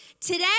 today